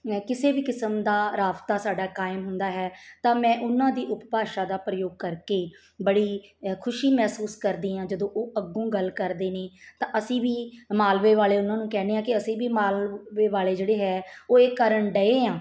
ਮੈਂ ਕਿਸੇ ਵੀ ਕਿਸਮ ਦਾ ਰਾਬਤਾ ਸਾਡਾ ਕਾਇਮ ਹੁੰਦਾ ਹੈ ਤਾਂ ਮੈਂ ਉਹਨਾਂ ਦੀ ਉਪਭਾਸ਼ਾ ਦਾ ਪ੍ਰਯੋਗ ਕਰਕੇ ਬੜੀ ਖੁਸ਼ੀ ਮਹਿਸੂਸ ਕਰਦੀ ਹਾਂ ਜਦੋਂ ਉਹ ਅੱਗੋਂ ਗੱਲ ਕਰਦੇ ਨੇ ਤਾਂ ਅਸੀਂ ਵੀ ਮਾਲਵੇ ਵਾਲੇ ਉਹਨਾਂ ਨੂੰ ਕਹਿੰਦੇ ਹਾਂ ਕਿ ਅਸੀਂ ਵੀ ਮਾਲਵੇ ਵਾਲੇ ਜਿਹੜੇ ਹੈ ਉਹ ਇਹ ਕਰਨ ਡਏ ਹਾਂ